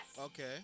okay